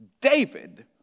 David